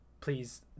please